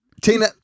Tina